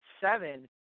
seven